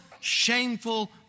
shameful